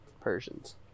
Persians